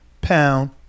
pound